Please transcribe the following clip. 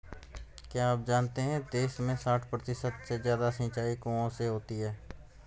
क्या आप जानते है देश में साठ प्रतिशत से ज़्यादा सिंचाई कुओं से होती है?